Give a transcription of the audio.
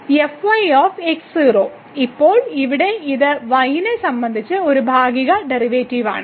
x 0 ഇപ്പോൾ ഇവിടെ ഇത് y നെ സംബന്ധിച്ച് ഒരു ഭാഗിക ഡെറിവേറ്റീവ് ആണ്